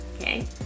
okay